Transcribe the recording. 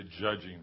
judging